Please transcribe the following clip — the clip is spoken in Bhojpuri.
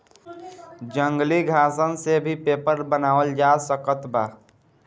जंगली घासन से भी पेपर बनावल जा सकत बाटे